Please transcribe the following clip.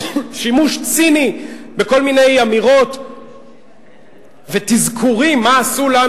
שימוש ציני בכל מיני אמירות ואזכורים מה עשו לנו.